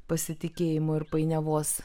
pasitikėjimo ir painiavos